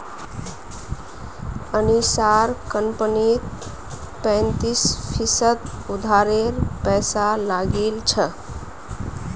अनीशार कंपनीत पैंतीस फीसद उधारेर पैसा लागिल छ